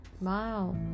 Wow